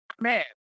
man